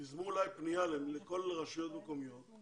תזמו אולי פנייה לכל הרשויות המקומיות,